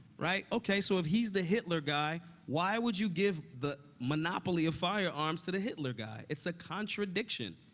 right? okay, so, if he's the hitler guy, why would you give the monopoly of firearms to the hitler guy? it's a contradiction.